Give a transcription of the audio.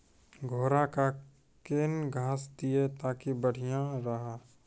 घोड़ा का केन घास दिए ताकि बढ़िया रहा?